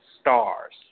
stars